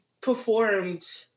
performed